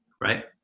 Right